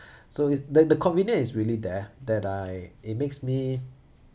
so is the the convenient is really there that I it makes me